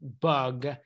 bug